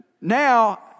Now